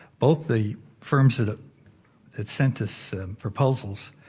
both the firms that sent us proposals